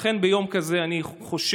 לכן, ביום כזה אני חושב